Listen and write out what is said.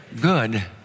Good